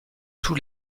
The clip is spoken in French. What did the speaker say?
tous